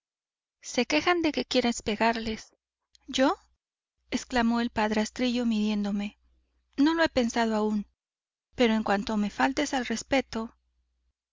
se quejan de que quieres pegarles yo exclamó el padrastrillo midiéndome no lo he pensado aún pero en cuanto me faltes al respeto